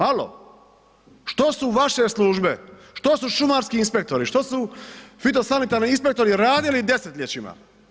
Alo, što su vaše službe, što su šumarski inspektori, što su fitosanitarni inspektori radili desetljećima?